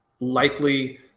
Likely